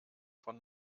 von